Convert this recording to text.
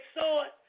sword